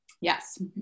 Yes